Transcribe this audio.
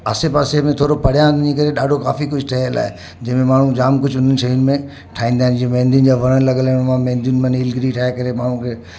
आसे पासे में थोरो परियां वञी करे ॾाढो काफ़ी कुझु ठहियलु आहे जंहिंमें माण्हू जाम कुझु हुन शयुनि में ठाहींदा आहिनि जीअं महंदीनि जा वण लॻियल आहिनि उन में महंदियुनि मां नीलगिरी ठाहे करे माण्हू खे